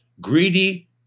greedy